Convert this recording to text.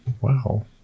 wow